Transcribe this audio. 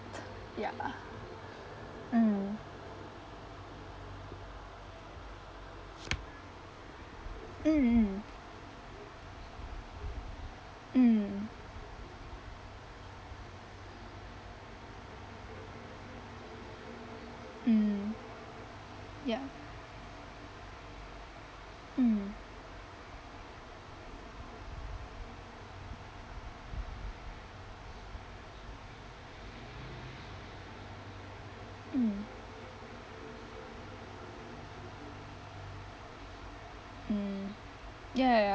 ya mm mm mm mm mm ya mm mm mm ya ya ya